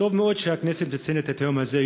טוב מאוד שהכנסת מנצלת את היום הזה,